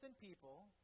people